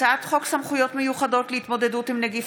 הצעת חוק סמכויות מיוחדות להתמודדות עם נגיף